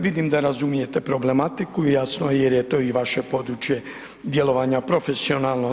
Vidim da razumijete problematiku, jasno jer je to i vaše područje djelovanja profesionalno.